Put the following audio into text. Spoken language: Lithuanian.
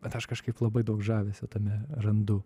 bet aš kažkaip labai daug žavesio tame randu